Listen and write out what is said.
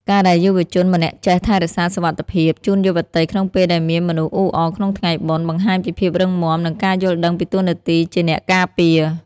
ការដែលយុវជនម្នាក់ចេះ "ថែរក្សាសុវត្ថិភាព" ជូនយុវតីក្នុងពេលដែលមានមនុស្សអ៊ូអរក្នុងថ្ងៃបុណ្យ បង្ហាញពីភាពរឹងមាំ និងការយល់ដឹងពីតួនាទីជាអ្នកការពារ។